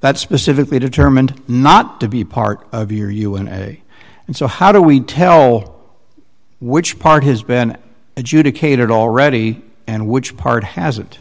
that's specifically determined not to be part of your una and so how do we tell which part has been adjudicated already and which part hasn't